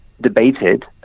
debated